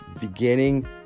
beginning